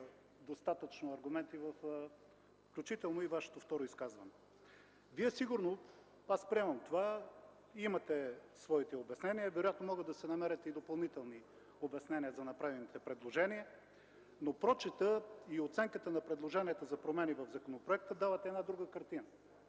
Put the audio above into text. достатъчно аргументи, включително и във Вашето второ изказване. Вие сигурно, аз приемам това, имате своите обяснения. Вероятно могат да се намерят и допълнителни обяснения за направените предложения, но прочитът и оценката на предложенията за промени в законопроекта дават една друга картина.